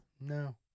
No